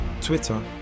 twitter